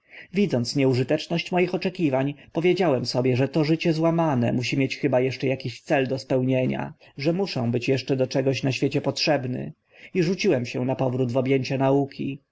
widząc nieużyteczność moich oczekiwań powiedziałem sobie że to życie złamane musi mieć chyba eszcze akiś cel do spełnienia że muszę być eszcze do czegoś na świecie potrzebny i rzuciłem się na powrót w ob ęcia nauki